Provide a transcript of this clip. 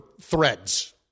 Threads